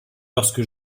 lorsque